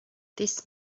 this